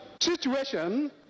situation